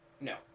No